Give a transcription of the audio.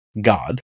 God